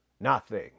Nothing